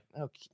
okay